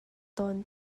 tawn